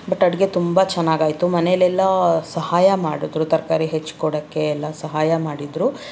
but ಅಡುಗೆ ತುಂಬ ಚೆನ್ನಾಗಿ ಆಯಿತು ಮನೇಲೆಲ್ಲ ಸಹಾಯ ಮಾಡಿದ್ರು ತರಕಾರಿ ಹೆಚ್ಚಿ ಕೊಡೋಕ್ಕೆ ಎಲ್ಲ ಸಹಾಯ ಮಾಡಿದರು